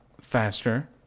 faster